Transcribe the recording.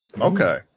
Okay